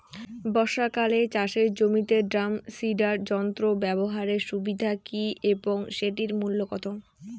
বর্ষাকালে চাষের জমিতে ড্রাম সিডার যন্ত্র ব্যবহারের সুবিধা কী এবং সেটির মূল্য কত?